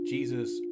Jesus